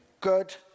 good